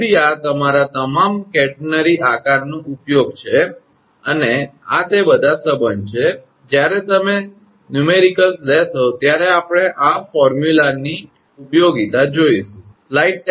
તેથી આ તમારા તમામ કેટરનરી આકારનો ઉપયોગ છે અને આ તે બધા સંબંધ છે જ્યારે તમે દાખલા ન્યુમેરીકલ્સ લેશો ત્યારે આપણે આ સૂત્રની ઉપયોગિતા જોઇશું